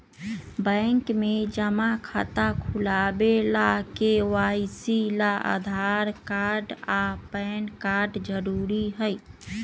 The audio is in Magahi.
बैंक में जमा खाता खुलावे ला के.वाइ.सी ला आधार कार्ड आ पैन कार्ड जरूरी हई